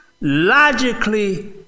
logically